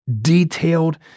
detailed